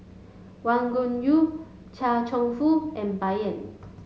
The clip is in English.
Wang Gungwu Chia Cheong Fook and Bai Yan